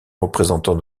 représentants